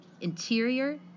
Interior